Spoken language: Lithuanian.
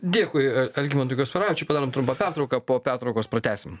dėkui algimantui kasparavičiui padarom trumpą pertrauką po pertraukos pratęsim